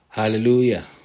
Hallelujah